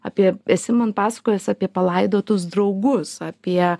apie esi man pasakojęs apie palaidotus draugus apie